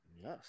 Yes